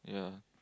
yeah